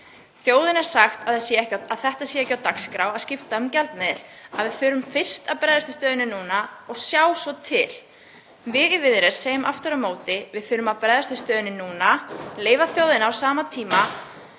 Þjóðinni er sagt að það sé ekki á dagskrá að skipta um gjaldmiðil, að við þurfum fyrst að bregðast við stöðunni núna og sjá svo til. Við í Viðreisn segjum aftur á móti: Við þurfum að bregðast við stöðunni núna, leyfa þjóðinni á sama tíma